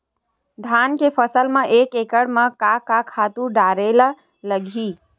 धान के फसल म एक एकड़ म का का खातु डारेल लगही?